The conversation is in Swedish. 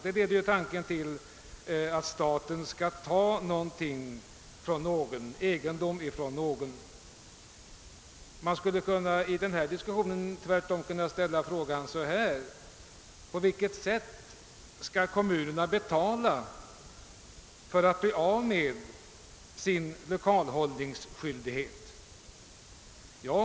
Det leder tanken till att staten skall ta någon egendom från någon. I denna diskussion skulle man tvärtom kunna ställa frågan: På vilket sätt skall kommunerna betala för att bli av med sin lokalhållningsskyldighet?